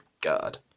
God